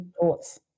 thoughts